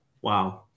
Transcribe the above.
Wow